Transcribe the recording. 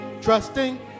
trusting